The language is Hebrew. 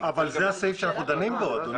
אבל זה הסעיף שאנחנו דנים בו, אדוני.